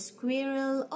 Squirrel